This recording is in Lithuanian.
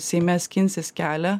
seime skinsis kelią